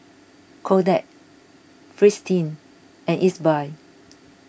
Kodak Fristine and Ezbuy